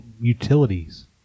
utilities